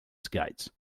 skates